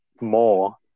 More